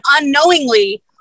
unknowingly